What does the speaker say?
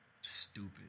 Stupid